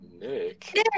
Nick